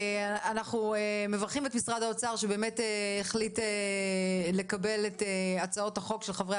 אנחנו מברכים את משרד האוצר שהחליט לקבל את הצעות החוק של חברי